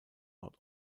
nord